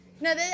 No